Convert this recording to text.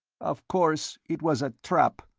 of course it was a trap,